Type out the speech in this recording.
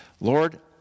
Lord